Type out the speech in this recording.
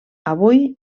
avui